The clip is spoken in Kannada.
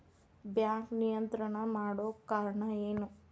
ಬ್ಯಾಂಕ್ ನಿಯಂತ್ರಣ ಮಾಡೊ ಕಾರ್ಣಾ ಎನು?